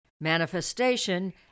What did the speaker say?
manifestation